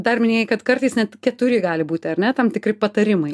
dar minėjai kad kartais net keturi gali būti ar ne tam tikri patarimai